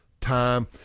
time